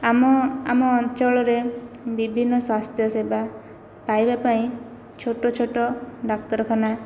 ଆମ ଆମ ଅଞ୍ଚଳରେ ବିଭିନ୍ନ ସ୍ଵାସ୍ଥ୍ୟ ସେବା ପାଇବା ପାଇଁ ଛୋଟ ଛୋଟ ଡାକ୍ତରଖାନା